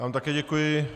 Já vám také děkuji.